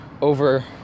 over